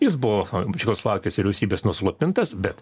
jis buvo čekoslovakijos vyriausybės nuslopintas bet